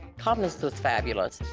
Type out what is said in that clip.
compton's was fabulous.